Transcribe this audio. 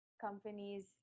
companies